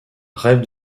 rêve